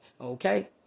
Okay